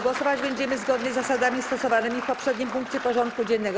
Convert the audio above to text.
Głosować będziemy zgodnie z zasadami stosowanymi w poprzednim punkcie porządku dziennego.